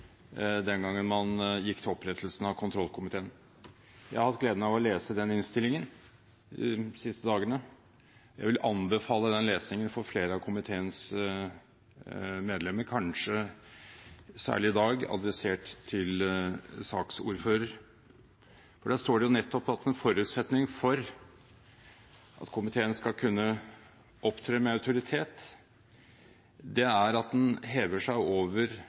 den skulle fungere den gangen man gikk til opprettelse av den. Jeg har hatt gleden av å lese denne innstillingen de siste dagene. Jeg vil anbefale flere av komiteens medlemmer den lesningen – i dag kanskje særlig adressert til saksordføreren. Der står det nettopp at en forutsetning for at komiteen skal kunne opptre med autoritet, er at en hever seg over